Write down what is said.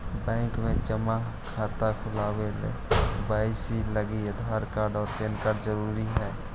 bank में जमा खाता खुलावे ला के.वाइ.सी लागी आधार कार्ड और पैन कार्ड ज़रूरी हई